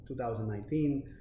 2019